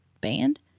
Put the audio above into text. band